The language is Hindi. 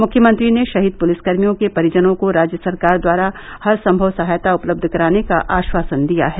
मुख्यमंत्री ने शहीद पुलिसकर्मियों के परिजनों को राज्य सरकार द्वारा हर सम्मव सहायता उपलब्ध कराने का आश्वासन दिया है